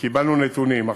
וקיבלנו נתונים.